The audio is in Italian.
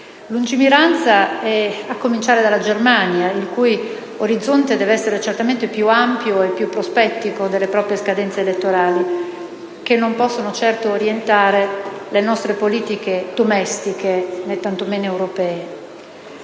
europeo, a cominciare dalla Germania, il cui orizzonte deve essere certamente più ampio e più prospettico delle proprie scadenze elettorali, che non possono certo orientare le nostre politiche domestiche, né tanto meno quelle